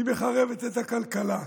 היא מחרבת את הכלכלה,